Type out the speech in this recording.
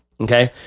Okay